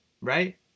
Right